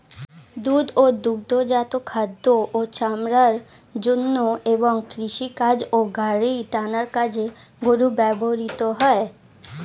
দুধ ও দুগ্ধজাত খাদ্য ও চামড়ার জন্য এবং কৃষিকাজ ও গাড়ি টানার কাজে গরু ব্যবহৃত হয়